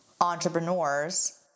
entrepreneurs